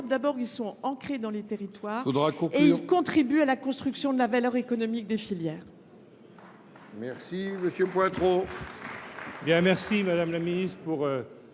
… ils sont ancrés dans les territoires et contribuent à la construction de la valeur économique des filières.